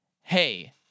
hey